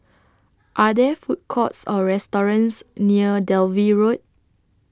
Are There Food Courts Or restaurants near Dalvey Road